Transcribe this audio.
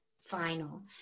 final